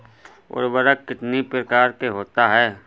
उर्वरक कितनी प्रकार के होता हैं?